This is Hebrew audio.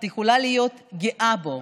את יכולה להיות גאה בו,